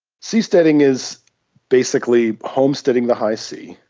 seasteading is basically homesteading the high sea.